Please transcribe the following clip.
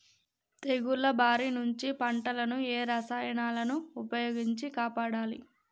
తెగుళ్ల బారి నుంచి పంటలను ఏ రసాయనాలను ఉపయోగించి కాపాడాలి?